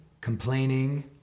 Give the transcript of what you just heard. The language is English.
complaining